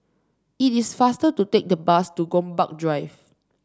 it is faster to take the bus to Gombak Drive